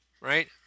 right